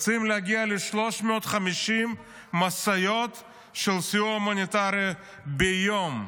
רוצים להגיע ל-350 משאיות של סיוע הומניטרי ביום.